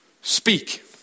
Speak